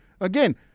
Again